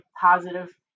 positive